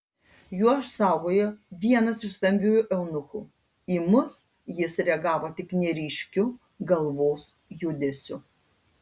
juos saugojo vienas iš stambiųjų eunuchų į mus jis reagavo tik neryškiu galvos judesiu